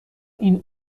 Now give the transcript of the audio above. این